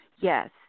Yes